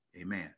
Amen